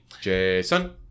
Jason